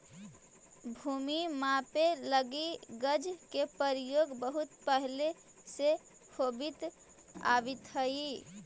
भूमि मापे लगी गज के प्रयोग बहुत पहिले से होवित आवित हइ